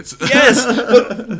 Yes